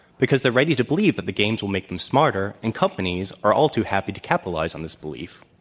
because they're ready to believe that the games will make them smarter, and companies are all too happy to capitalize on this belief.